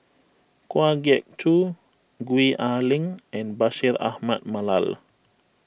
Kwa Geok Choo Gwee Ah Leng and Bashir Ahmad Mallal